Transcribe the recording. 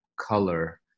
color